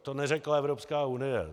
To neřekla Evropská unie.